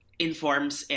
informs